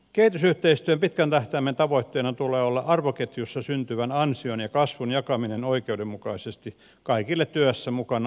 kehitysyhteistyön pitkän tähtäimen tavoitteena tulee olla arvoketjussa syntyvän ansion ja kasvun jakaminen oikeudenmukaisesti kaikille työssä mukana olleille